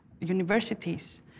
universities